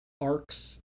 arcs